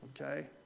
Okay